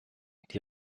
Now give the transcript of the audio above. die